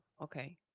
okay